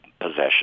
possession